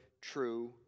true